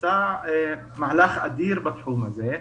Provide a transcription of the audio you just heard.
עושה מהלך אדיר בתחום הזה,